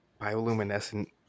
bioluminescent